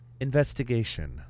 Investigation